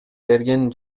берген